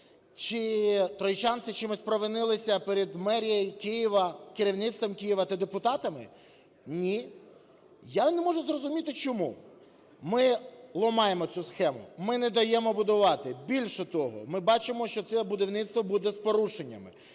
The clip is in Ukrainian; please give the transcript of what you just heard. Чи троєщинці чимось провинились перед мерією Києва, керівництвом Києва та депутатами? Ні. Я не можу зрозуміти, чому. Ми ламаємо цю схему. Ми не даємо будувати. Більше того, ми бачимо, що це будівництво буде з порушеннями.